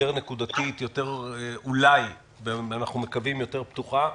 יותר נקודתית, אנחנו מקווים שאולי יותר פתוחה.